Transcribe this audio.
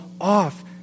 off